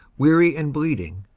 weary and bleeding,